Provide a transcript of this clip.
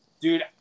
dude –